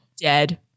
Dead